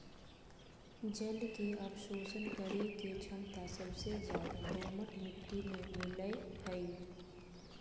जल के अवशोषण करे के छमता सबसे ज्यादे दोमट मिट्टी में मिलय हई